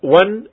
one